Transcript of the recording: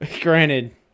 Granted